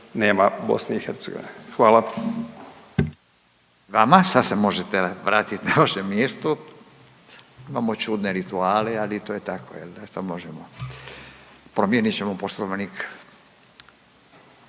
(Nezavisni)** I vama, sad se možete vratiti na vaše mjesto. Imamo čudne rituale, ali to je tako jel da šta možemo, promijenit ćemo Poslovnik.